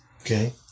Okay